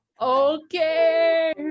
Okay